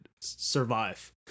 survive